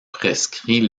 prescrit